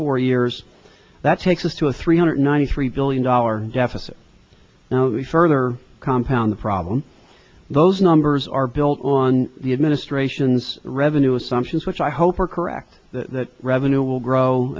four years that's take this to a three hundred ninety three billion dollars deficit now we further compound the problem those numbers are built on the administration's revenue assumptions which i hope are correct that revenue will grow